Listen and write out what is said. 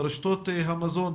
לרשתות המזון,